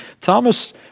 Thomas